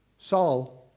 Saul